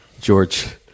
George